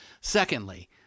Secondly